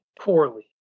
poorly